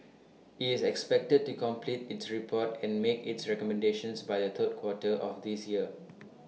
IT is expected to complete its report and make its recommendations by the third quarter of this year